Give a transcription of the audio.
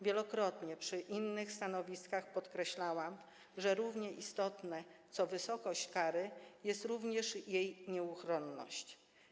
Wielokrotnie przy innych stanowiskach podkreślałam, że równie istotna co wysokość kary jest również jej nieuchronność.